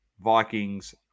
Vikings